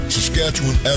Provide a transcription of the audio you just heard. Saskatchewan